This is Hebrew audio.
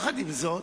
עם זאת,